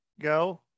go